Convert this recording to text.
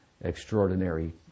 extraordinary